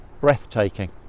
Breathtaking